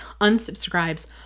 unsubscribes